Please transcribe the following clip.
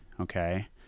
okay